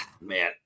man